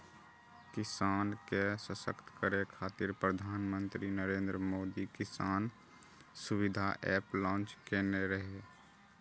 किसान के सशक्त करै खातिर प्रधानमंत्री नरेंद्र मोदी किसान सुविधा एप लॉन्च केने रहै